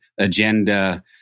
agenda